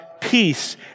peace